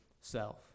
self